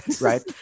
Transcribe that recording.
Right